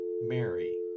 Mary